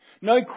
No